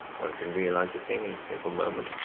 one can realise a thing in a single moment,